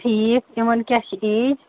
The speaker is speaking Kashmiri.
ٹھیٖک تِمَن کیٛاہ چھِ ایج